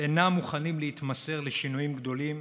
אינם מוכנים להתמסר לשינויים גדולים